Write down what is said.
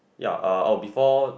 ya uh oh before